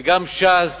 וגם ש"ס